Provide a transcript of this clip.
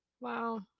wow